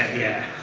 yeah